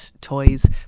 toys